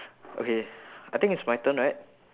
okay I think it's my turn right